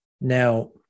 Now